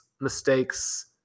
mistakes